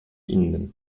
innym